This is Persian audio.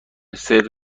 صدق